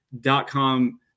dot-com